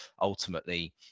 ultimately